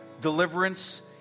deliverance